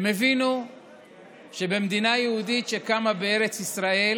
הם הבינו שבמדינה יהודית שקמה בארץ ישראל